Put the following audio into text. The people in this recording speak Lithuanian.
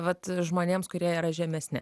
vat žmonėms kurie yra žemesni